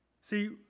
See